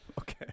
Okay